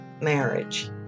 marriage